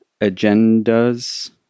agendas